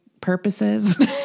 purposes